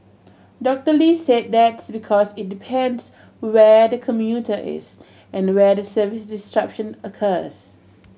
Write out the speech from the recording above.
Doctor Lee said that's because it depends where the commuter is and where the service disruption occurs